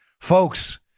Folks